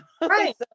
right